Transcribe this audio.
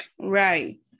Right